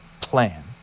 plan